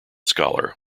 scholar